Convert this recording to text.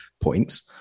points